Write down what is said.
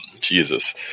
Jesus